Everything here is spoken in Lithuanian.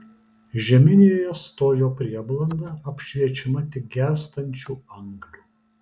žeminėje stojo prieblanda apšviečiama tik gęstančių anglių